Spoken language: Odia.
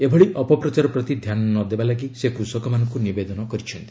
ଏଭଳି ଅପପ୍ରଚାର ପ୍ରତି ଧ୍ୟାନ ନ ଦେବା ଲାଗି ସେ କୃଷକମାନଙ୍କୁ ନିବେଦନ କରିଛନ୍ତି